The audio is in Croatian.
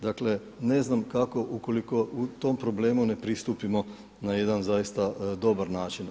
Dakle, ne znam kako ukoliko tom problemu ne pristupimo na jedan doista dobar način.